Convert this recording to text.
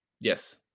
Yes